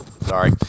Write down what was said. Sorry